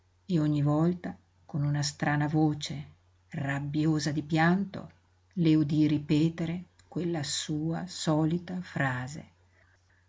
e ogni volta con una strana voce rabbiosa di pianto le udí ripetere quella sua solita frase